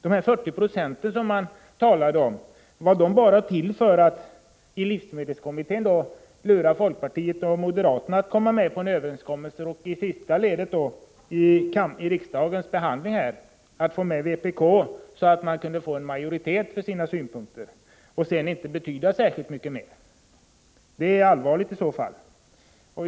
Dessa 40 26 som man talade om, var de bara till för att man i livsmedelskommittén skulle kunna lura folkpartiet och moderaterna att gå med på en överenskommelse, och i sista ledet, dvs. vid riksdagsbehandlingen, för att få med vpk så att man kunde få en majoritet för sina synpunkter, som sedan inte betydde särskilt mycket mer? Det är allvarligt i så fall.